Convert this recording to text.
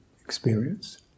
experience